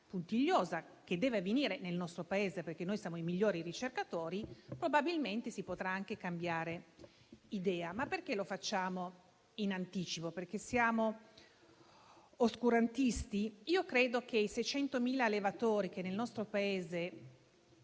Paese deve avvenire, perché noi siamo i migliori ricercatori, probabilmente si potrà anche cambiare idea. Perché, però, agiamo in anticipo? Perché siamo oscurantisti? Io penso ai 600.000 allevatori che, nel nostro Paese,